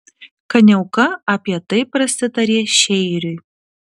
kaniauka apie tai prasitarė šeiriui